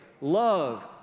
love